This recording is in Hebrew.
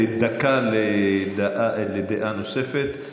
דקה לדעה נוספת.